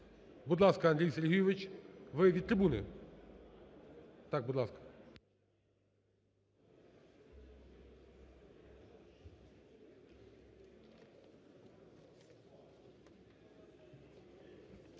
Будь ласка, Андрій Сергійович. Ви від трибуни. Так, будь ласка.